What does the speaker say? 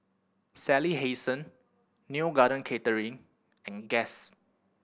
Sally Hansen Neo Garden Catering and Guess